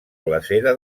glacera